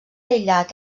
aïllat